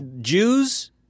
Jews